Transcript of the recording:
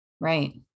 right